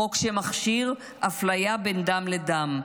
חוק שמכשיר אפליה בין דם לדם,